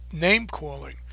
name-calling